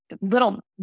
little